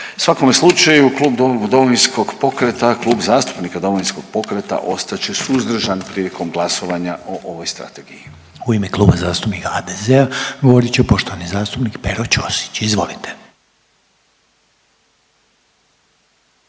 pokreta, Klub zastupnika Domovinskog pokreta ostat će suzdržan prilikom glasovanja o ovoj strategiji. **Reiner, Željko (HDZ)** U ime Kluba zastupnika HDZ-a govorit će poštovani zastupnik Pero Ćosić. Izvolite.